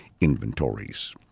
inventories